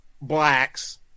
blacks